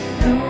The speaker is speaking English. no